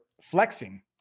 flexing